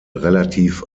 relativ